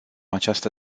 această